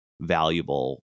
valuable